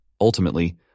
ultimately